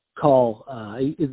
call